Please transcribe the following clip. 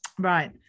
Right